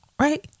right